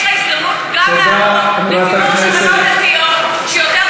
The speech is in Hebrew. יש לך הזדמנות גם לעזור לציבור של בנות דתיות,